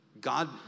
God